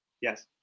Yes